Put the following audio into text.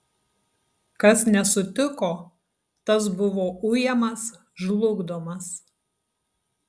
kas nesutiko tas buvo ujamas žlugdomas